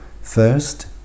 first